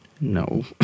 No